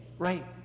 right